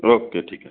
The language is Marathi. ओके ठीक आहे